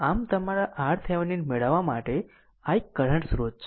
આમ તમારા RThevenin મેળવવા માટે આ એક કરંટ સ્રોત છે